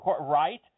Right